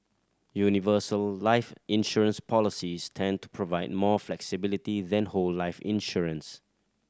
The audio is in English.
universal life insurance policies tend to provide more flexibility when whole life insurance